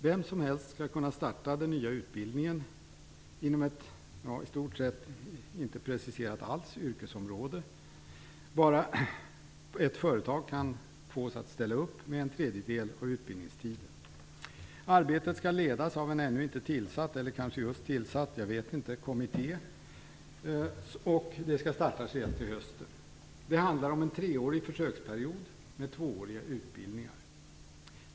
Vem som helst skall kunna starta den nya utbildningen inom ett yrkesområde som inte alls behöver vara preciserat. Det som krävs är att ett företag kan fås att ställa upp med en tredjedel av utbildningstiden. Arbetet skall ledas av en ännu inte tillsatt, eller kanske just tillsatt, kommitté. Det skall startas redan till hösten. Det handlar om en treårig försöksperiod med tvååriga utbildningar.